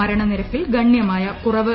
മരണ നിരക്കിൽ ഗണ്യമായ കുറവ്